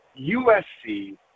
USC